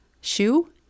shoe